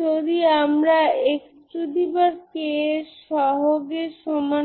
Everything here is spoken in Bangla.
যদি আপনি একটি ননজিরো সমাধান